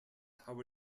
how